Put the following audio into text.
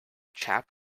chap